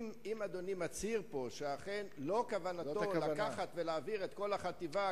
אם אדוני מצהיר פה שכוונתו היא לא לקחת ולהעביר את כל החטיבה,